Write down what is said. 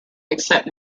except